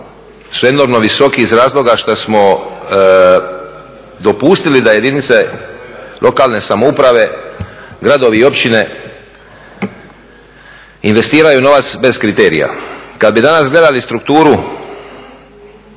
su enormno visoki iz razloga što smo dopustili da jedinice lokalne samouprave, gradovi i općine investiraju novac bez kriterija. Kada bi danas gledali strukturu